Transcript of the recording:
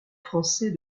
français